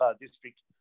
District